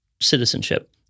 citizenship